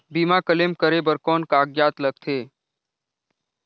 बीमा क्लेम करे बर कौन कागजात लगथे?